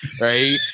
right